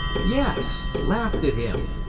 yes, laughed at him,